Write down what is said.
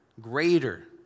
greater